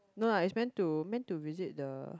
no lah is main to main to visit the